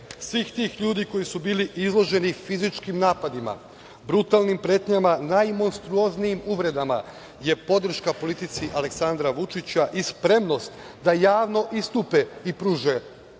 svih tih ljudi koji su bili izloženi fizičkim napadima, brutalnim pretnjama, najmonstruoznijim uvredama je podrška politici Aleksandra Vučića i spremnost da javno istupe i pruže